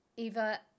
Eva